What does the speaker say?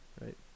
right